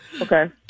Okay